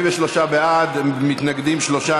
83 בעד, מתנגדים, שלושה.